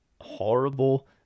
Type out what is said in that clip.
horrible